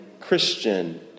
Christian